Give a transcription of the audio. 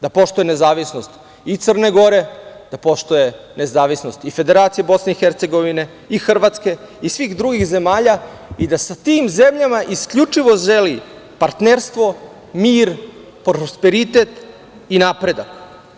Da poštuje nezavisnost i Crne Gore, da poštuje nezavisnost i Federacije Bosne i Hercegovine i Hrvatske i svih drugih zemalja i da sa tim zemljama isključivo želi partnerstvo, mir, prosperitet i napredak.